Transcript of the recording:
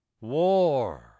WAR